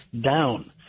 down